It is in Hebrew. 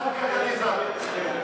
הקטליזטור.